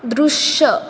दृश्य